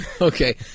Okay